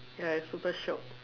ya its super shop